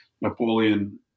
Napoleon